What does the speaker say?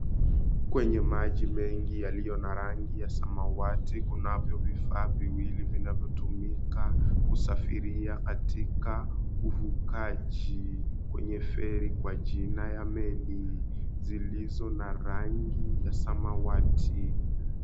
Kwenye maji mengi yaliyo na rangi ya samawati , kunavyo vifaa viwili vinavyotumika kusafiria katika ufukaji kwenye ferii kwa jina ya meli zilizo na rangi ya samawati.